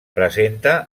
presenta